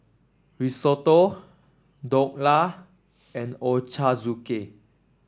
Risotto Dhokla and Ochazuke